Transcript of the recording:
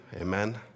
Amen